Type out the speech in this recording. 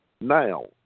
now